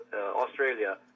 Australia